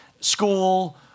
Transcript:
School